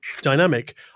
dynamic